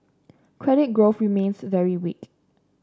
credit growth remains very weak